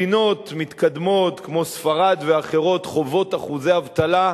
מדינות מתקדמות כמו ספרד ואחרות חוות אחוזי אבטלה,